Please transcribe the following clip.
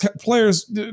players